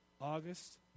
August